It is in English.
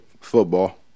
Football